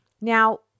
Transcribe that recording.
Now